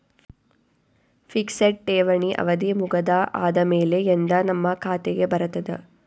Fixed ಠೇವಣಿ ಅವಧಿ ಮುಗದ ಆದಮೇಲೆ ಎಂದ ನಮ್ಮ ಖಾತೆಗೆ ಬರತದ?